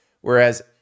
whereas